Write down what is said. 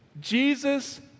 Jesus